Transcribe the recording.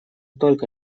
только